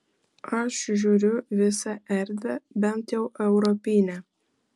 aš žiūriu visą erdvę bent jau europinę